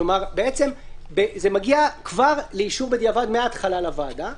כלומר, זה מגיע לאישור בדיעבד מההתחלה לוועדה.